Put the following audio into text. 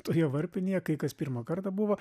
toje varpinėje kai kas pirmą kartą buvo